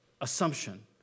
assumption